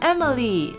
Emily